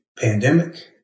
Pandemic